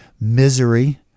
misery